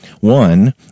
One